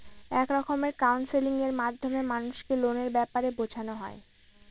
এক রকমের কাউন্সেলিং এর মাধ্যমে মানুষকে লোনের ব্যাপারে বোঝানো হয়